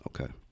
Okay